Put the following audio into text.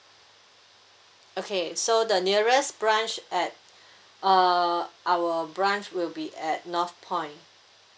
okay so the nearest branch at uh our branch will be at northpoint